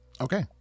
Okay